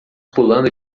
pulando